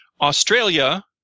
Australia